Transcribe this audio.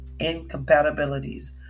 incompatibilities